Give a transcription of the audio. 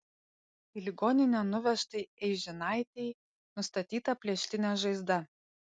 į ligoninę nuvežtai eižinaitei nustatyta plėštinė žaizda